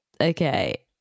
Okay